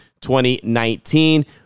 2019